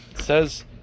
says